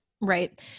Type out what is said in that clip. Right